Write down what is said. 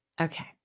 Okay